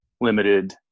limited